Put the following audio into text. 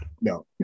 no